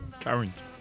Current